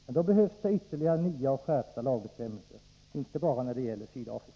Men då behövs det ytterligare nya och skärpta lagbestämmelser — inte bara när det gäller Sydafrika.